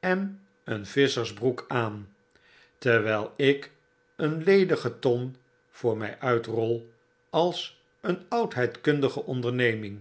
en een visscbersbroek aan terwyl ik een ledige ton voor my uit rol als een oudheidkundige onderneming